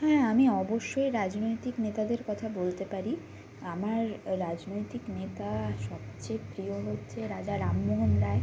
হ্যাঁ আমি অবশ্যই রাজনৈতিক নেতাদের কথা বলতে পারি আমার রাজনৈতিক নেতা সবচেয়ে প্রিয় হচ্ছে রাজা রামমোহন রায়